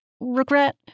regret